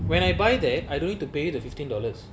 when I buy then I don't need to pay the fifteen dollars